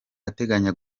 ateganya